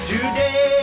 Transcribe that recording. Today